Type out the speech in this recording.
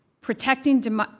protecting